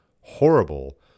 horrible